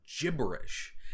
gibberish